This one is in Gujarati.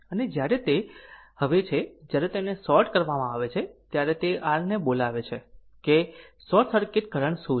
અને જ્યારે તે હવે છે જ્યારે તેને શોર્ટ કરવામાં આવે છે ત્યારે તે r ને બોલાવે છે કે શોર્ટ સર્કિટ કરંટ શું છે તે શોધવા માટે હોય છે